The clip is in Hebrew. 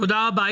תודה רבה.